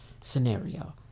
scenario